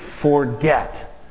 forget